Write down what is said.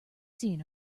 seen